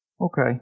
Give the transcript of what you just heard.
Okay